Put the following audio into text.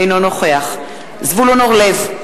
אינו נוכח זבולון אורלב,